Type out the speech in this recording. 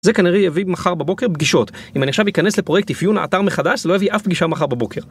זה כנראה יביא מחר בבוקר פגישות, אם אני עכשיו אכנס לפרויקט איפיון האתר מחדש, זה לא יביא אף פגישה מחר בבוקר.